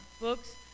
books